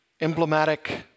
emblematic